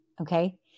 Okay